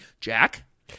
Jack